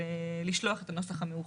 לשלוח את הנוסח המאוחד.